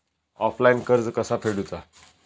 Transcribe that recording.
Offline कर्ज कसा फेडूचा?